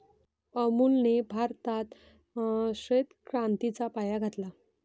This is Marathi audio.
अमूलने भारतात श्वेत क्रांतीचा पाया घातला